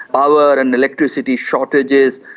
power and electricity shortages,